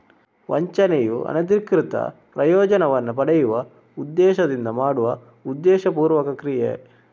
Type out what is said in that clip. ವಂಚನೆಯು ಅನಧಿಕೃತ ಪ್ರಯೋಜನವನ್ನ ಪಡೆಯುವ ಉದ್ದೇಶದಿಂದ ಮಾಡುವ ಉದ್ದೇಶಪೂರ್ವಕ ಕ್ರಿಯೆ